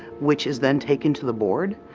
which is then taken to the board,